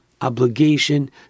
obligation